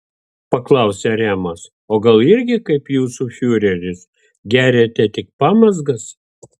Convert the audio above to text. paklausė remas o gal irgi kaip jūsų fiureris geriate tik pamazgas